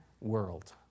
world